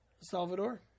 Salvador